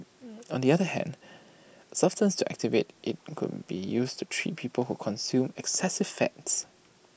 on the other hand A substance to activate IT could be used to treat people who consume excessive fats